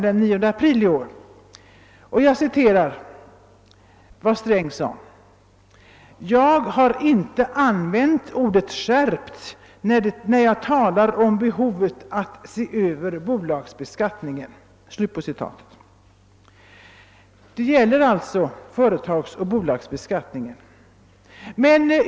Herr Sträng framhåller däri bl.a. följande: »Jag har inte använt ordet ”skärpt” när jag talar om behovet att se över bolagsbeskattningen.» Det gäller alltså i detta fall bolagsbeskattningen.